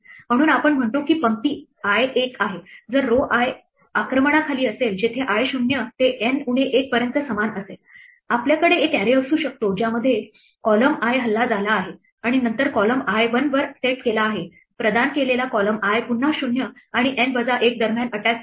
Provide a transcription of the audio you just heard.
म्हणून आम्ही म्हणतो की पंक्ती i 1 आहे जर row i आक्रमणाखाली असेल जेथे i 0 ते N उणे 1 पर्यंत समान असेल आमच्याकडे एक अॅरे असू शकतो ज्यामध्ये column i हल्ला झाला आहे आणि नंतर column i 1 वर सेट केला आहे प्रदान केलेला column i पुन्हा 0 आणि N वजा 1 दरम्यान अटॅक केला आहे